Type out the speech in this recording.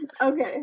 Okay